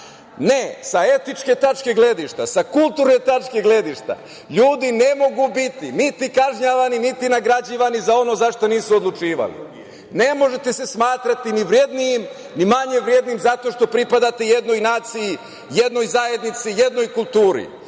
Ne, sa etičke tačke gledišta, sa kulturne tačke gledišta ljudi ne mogu biti niti kažnjavani, niti nagrađivani za ono za šta nisu odlučivali. Ne možete se smatrati ni vrednijim, ni manje vrednim zato što pripadate jednoj naciji, jednoj zajednici, jednoj kulturi.